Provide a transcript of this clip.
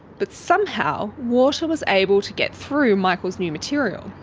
but somehow water was able to get through michael's new material.